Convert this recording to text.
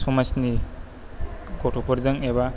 समाजनि गथ'फोरजों एबा